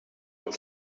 een